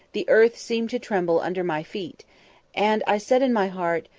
the earth seemed to tremble under my feet and i said in my heart,